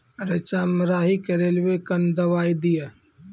रेचा मे राही के रेलवे कन दवाई दीय?